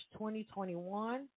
2021